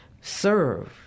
serve